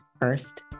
first